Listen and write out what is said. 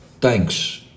thanks